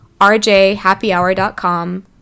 rjhappyhour.com